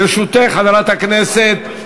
חברת הכנסת,